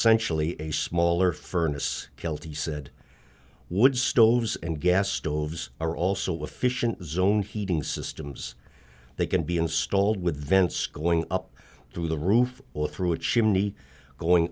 essentially a smaller furnace kelty said wood stoves and gas stoves are also efficient zone heating systems they can be installed with vents going up through the roof or through a chimney going